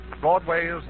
Broadway's